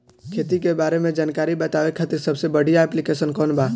खेती के बारे में जानकारी बतावे खातिर सबसे बढ़िया ऐप्लिकेशन कौन बा?